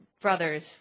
brothers